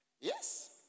Yes